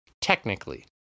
technically